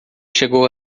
chegou